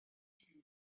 kate